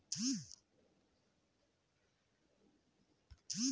सरकार ह जरूरत के हिसाब ले समे परे में बांड जारी कइर के कमी ल पूरा करथे